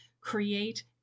create